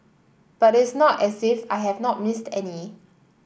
but it is not as if I have not missed any